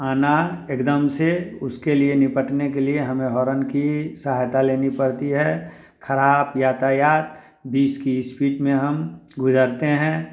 आना एक दम से उसके लिए निपटने के लिए हमें होरन की सहायता लेनी पड़ती है ख़राब यातायात बीस की स्पीड में हम गुज़रते हैं